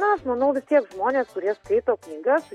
na aš manau vis tiek žmonės kurie skaito knygas